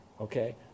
okay